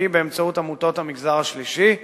אף היא באמצעות עמותות המגזר השלישי.